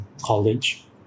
college